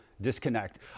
disconnect